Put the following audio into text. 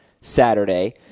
Saturday